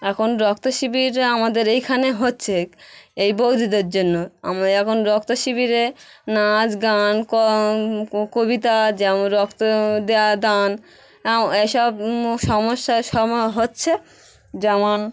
এখন রক্ত শিবির আমাদের এইখানে হচ্ছে এই বউদিদের জন্য আমি এখন রক্ত শিবিরে নাচ গান কবিতা যেমন রক্ত দেওয়া দান এসব সমস্যার হচ্ছে যেমন